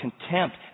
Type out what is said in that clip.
contempt